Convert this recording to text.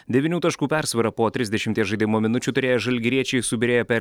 devynių taškų persvarą po trisdešimties žaidimo minučių turėję žalgiriečiai subyrėjo per